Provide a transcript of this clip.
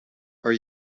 are